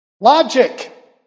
logic